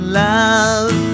love